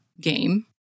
game